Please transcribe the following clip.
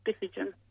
decision